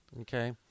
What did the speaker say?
Okay